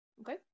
Okay